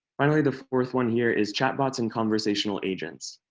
finally, the fourth one here is chat bots and conversational agents.